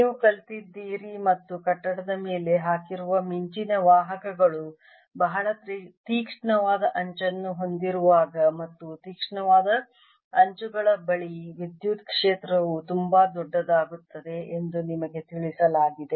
ನೀವು ಕಲಿತಿದ್ದೀರಿ ಮತ್ತು ಕಟ್ಟಡದ ಮೇಲೆ ಹಾಕಿರುವ ಮಿಂಚಿನ ವಾಹಕಗಳು ಬಹಳ ತೀಕ್ಷ್ಣವಾದ ಅಂಚನ್ನು ಹೊಂದಿರುವಾಗ ಮತ್ತು ತೀಕ್ಷ್ಣವಾದ ಅಂಚುಗಳ ಬಳಿ ವಿದ್ಯುತ್ ಕ್ಷೇತ್ರವು ತುಂಬಾ ದೊಡ್ಡದಾಗುತ್ತದೆ ಎಂದು ನಿಮಗೆ ತಿಳಿಸಲಾಗಿದೆ